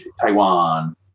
Taiwan